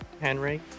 Henry